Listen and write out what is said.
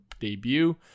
debut